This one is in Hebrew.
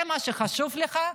זה מה שחשוב לך,